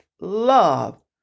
love